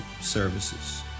services